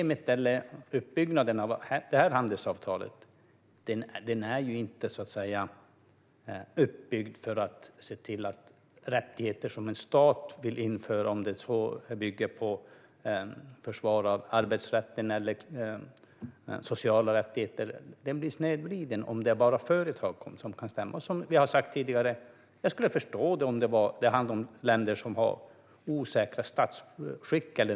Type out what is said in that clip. Men det här handelsavtalet är inte uppbyggt för att se till rättigheter som en stat vill införa, om det så bygger på försvar av arbetsrätten eller sociala rättigheter. Det blir en snedvridning om det bara är företag som kan stämma. Som jag sagt tidigare skulle jag förstå om det handlade om länder med osäkert statsskick.